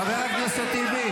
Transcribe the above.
חברת הכנסת גוטליב,